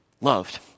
Loved